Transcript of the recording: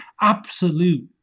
absolute